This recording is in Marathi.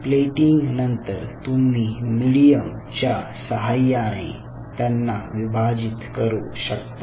प्लेटिंग नंतर तुम्ही मिडीयम च्या सहाय्याने त्यांना विभाजित करू शकता